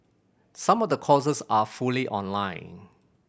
some of the courses are fully online